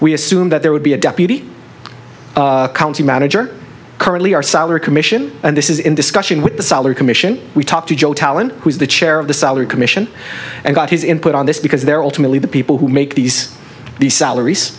we assume that there would be a deputy county manager currently our salary commission and this is in discussion with the salary commission we talked to joe talent who's the chair of the salary commission and got his input on this because they're ultimately the people who make these these salaries